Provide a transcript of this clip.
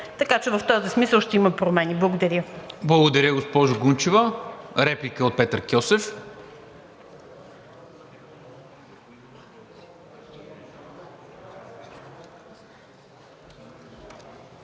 Така че в този смисъл ще има промени. Благодаря